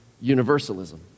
universalism